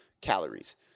calories